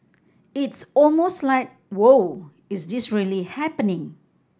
it's almost like Wow is this really happening